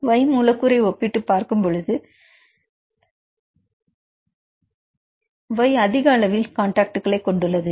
Y மூலக்கூறை ஒப்பிட்டுப் பார்க்கும் பொழுது Y அதிக அளவில் கான்டாக்ட்களை கொண்டுள்ளது